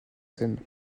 scène